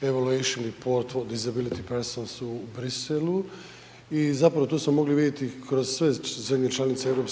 …/Govornik se ne razumije/… u Briselu i zapravo tu smo mogli vidjeti kroz sve zemlje članice EU